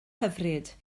hyfryd